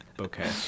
okay